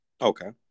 Okay